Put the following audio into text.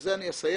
ובזה אני אסיים.